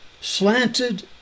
slanted